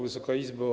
Wysoka Izbo!